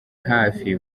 hafi